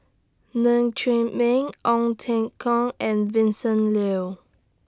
Ng Chee Meng Ong Teng Cheong and Vincent Leow